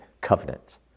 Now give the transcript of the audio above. covenant